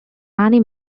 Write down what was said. many